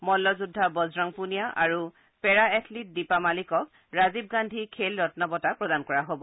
মল্লযোদ্ধা বজৰং পুনিয়া আৰু para athlete Deepa মালিকক ৰাজীৱ গান্ধী খেল ৰম্ন বঁটা প্ৰদান কৰা হব